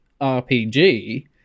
RPG